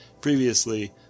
previously